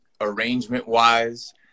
arrangement-wise